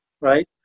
right